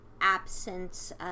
absence